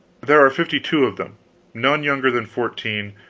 there are fifty-two of them none younger than fourteen,